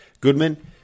goodman